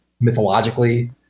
mythologically